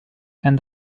and